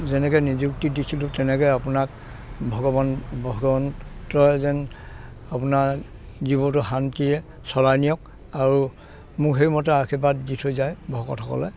যেনেকৈ নিযুক্তি দিছিলোঁ তেনেকৈ আপোনাক ভগবন ভগৱন্তয়ে যেন আপোনাৰ জীৱটো শান্তিৰে চলাই নিয়ক আৰু মোক সেইমতে আশীৰ্বাদ দি থৈ যায় ভকতসকলে